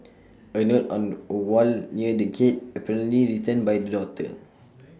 A note on A wall near the gate apparently written by the daughter